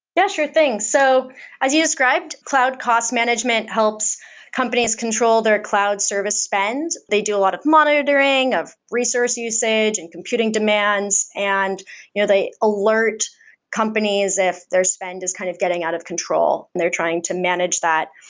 yeah, sure thing. so i yeah described cloud cost management helps companies control their cloud service spend. they do a lot of monitoring, of resource usage, and computing demands, and you know they alert company if their spend is kind of getting out of control and they're trying to manage that,